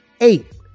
Eight